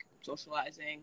socializing